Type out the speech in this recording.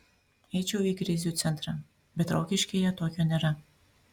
eičiau į krizių centrą bet rokiškyje tokio nėra